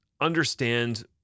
understand